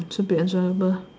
should be enjoyable